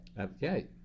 okay